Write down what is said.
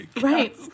right